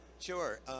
Sure